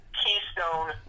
keystone